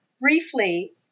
briefly